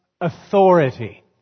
authority